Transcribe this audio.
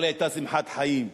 אבל היתה שמחת חיים.